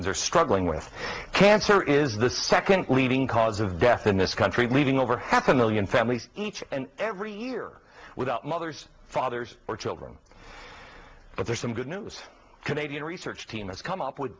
they're struggling with cancer is the second leading cause of death in this country leaving over half a million families each and every year without mothers fathers or children but there's some good news canadian research team has come up with